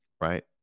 right